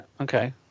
Okay